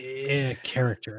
character